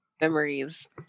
memories